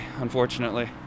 unfortunately